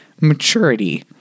maturity